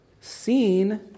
seen